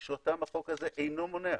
כי שם סעיף העונש.